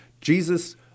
Jesus